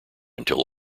until